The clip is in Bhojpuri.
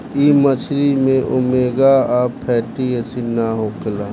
इ मछरी में ओमेगा आ फैटी एसिड ना होखेला